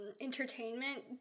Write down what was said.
entertainment